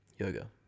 yoga